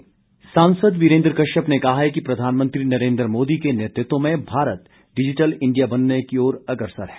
वीरेन्द्र कश्यप सांसद वीरेन्द्र कश्यप ने कहा है कि प्रधानमंत्री नरेन्द्र मोदी के नेतृत्व में भारत डिजिटल इंडिया बनने की ओर से अग्रसर है